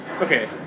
Okay